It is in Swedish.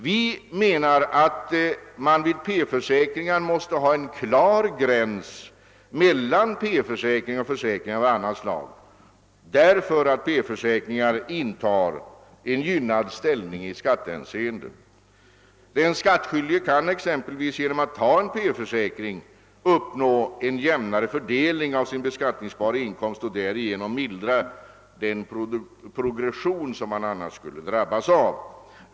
Vi menar att man vid P-försäkringar måste ha en klar gräns mellan P-försäkringar och försäkringar av annat slag, eftersom P-försäkringar intar en gynnad ställning i skattehänseende. Den skattskyldige kan exempelvis genom att ta en P-försäkring uppnå jämnare fördelning av sin beskattningsbara inkomst och därigenom mildra den progression som han annars skulle drabbas av.